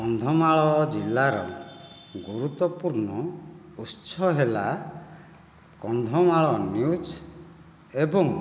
କନ୍ଧମାଳ ଜିଲ୍ଲାର ଗୁରୁତ୍ୱପୂର୍ଣ୍ଣ ଉତ୍ସ ହେଲା କନ୍ଧମାଳ ନ୍ୟୁଜ ଏବଂ